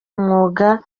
umwuga